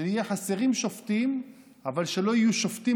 שיהיו חסרים שופטים אבל שלא יהיו שופטים